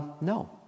No